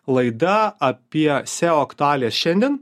laida apie seo aktualias šiandien